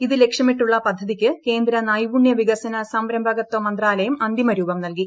ഇത് ലക്ഷ്യമിട്ടുള്ള പദ്ധതിക്ക് കേന്ദ്ര നൈപുണ്യ വികസന സംരംഭകത്വ മന്ത്രാലയം അന്തിമരൂപം നൽകി